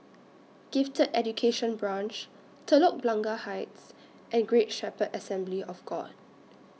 Gifted Education Branch Telok Blangah Heights and Great Shepherd Assembly of God